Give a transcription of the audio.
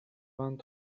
vingt